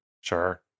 Sure